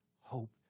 hope